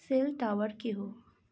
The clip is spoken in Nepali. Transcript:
सेल टावर के हो